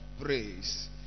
praise